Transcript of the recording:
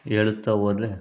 ಹೇಳುತ್ತಾ ಹೋದ್ರೆ